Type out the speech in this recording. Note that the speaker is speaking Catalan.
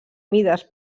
mides